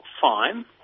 fine